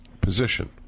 position